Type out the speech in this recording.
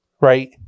right